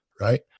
right